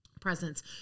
presence